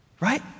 right